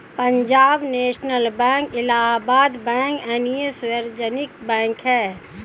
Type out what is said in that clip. Punjab national bank Allahabad bank अन्य सार्वजनिक bank है